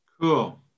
Cool